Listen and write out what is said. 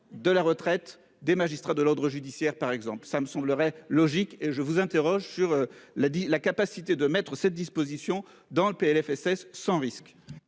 de la retraite des magistrats de l'ordre judiciaire par exemple ça me semblerait logique et je vous interroge sur la dit la capacité de mettre cette disposition dans le PLFSS sans risque.